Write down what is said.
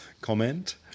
comment